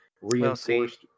reinforced